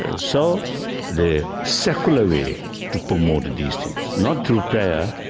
ah so the secular way to promote these things, not through prayer,